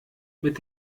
mit